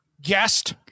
guest